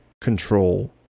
control